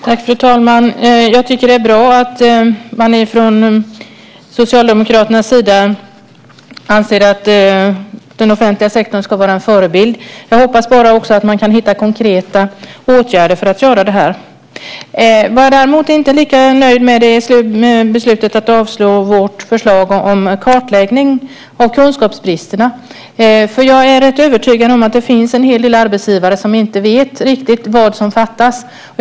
Fru talman! Jag tycker att det är bra att man från Socialdemokraternas sida anser att den offentliga sektorn ska vara en förebild. Jag hoppas bara att man också kan hitta konkreta åtgärder för att åstadkomma det här. Vad jag däremot inte är lika nöjd med är beslutet om avslag på vårt förslag om en kartläggning av kunskapsbristerna. Jag är nämligen rätt övertygad om att det finns en hel del arbetsgivare som inte riktigt vet vad som fattas.